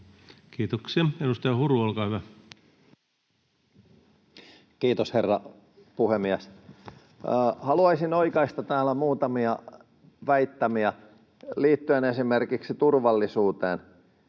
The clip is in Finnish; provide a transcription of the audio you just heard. Time: 16:55 Content: Kiitos, herra puhemies! Haluaisin oikaista muutamia väittämiä liittyen esimerkiksi turvallisuuteen.